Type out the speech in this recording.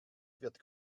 wird